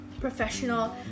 professional